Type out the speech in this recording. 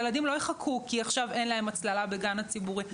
ילדים לא יחכו כי אין להם עכשיו הצללה בגן הציבורי.